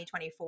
2024